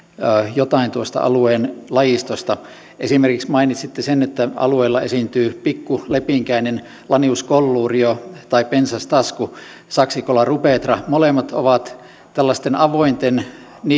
jotain tuosta alueen lajistosta esimerkiksi mainitsitte sen että alueella esiintyy pikkulepinkäinen lanius collurio ja pensastasku saxicola rubetra molemmat ovat tällaisten avointen